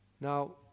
Now